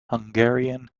hungarian